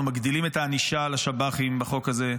מגדילים את הענישה על השב"חים בחוק הזה.